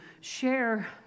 share